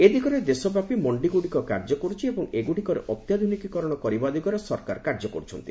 ଏଦିଗରେ ଦେଶବ୍ୟାପୀ ମଣ୍ଡିଗୁଡ଼ିକ କାର୍ଯ୍ୟ କରୁଛି ଏବଂ ଏଗୁଡ଼ିକର ଅତ୍ୟାଧୁନିକୀକରଣ କରିବା ଦିଗରେ ସରକାର କାର୍ଯ୍ୟ କରୁଛନ୍ତି